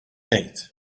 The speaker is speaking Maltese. tgħid